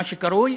מה שקרוי,